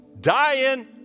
dying